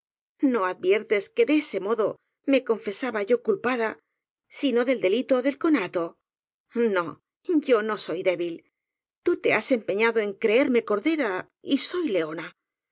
no adviertes que de ese modo me confesaba yo culpada si no del delito del conato no yo no soy débil tú te has empeñado en creerme cordera y soy leona